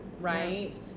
right